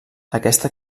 aquesta